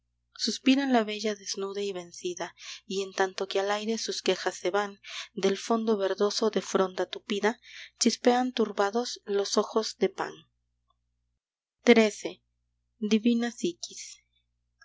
suspira la bella desnuda y vencida y en tanto que al aire sus quejas se van del fondo verdoso de fronda tupida chispean turbados los ojos de pan xiii divina psiquis